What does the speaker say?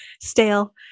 stale